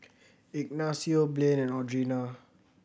Ignacio Blaine and Audrina